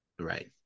Right